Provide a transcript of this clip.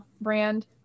brand